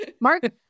Mark